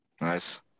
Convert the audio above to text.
Nice